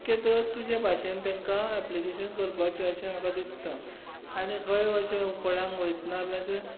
शक्य तो तुज्या बाशेन तेंकां एप्लीकेशन करपाचें अशे म्हाका दिसता आनी खंय अशें कोणाक वयतना बीन अशें